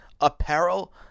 apparel